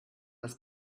das